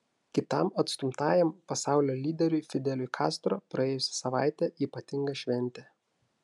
kitam atstumtajam pasaulio lyderiui fideliui kastro praėjusi savaitė ypatinga šventė